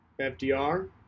FDR